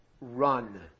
run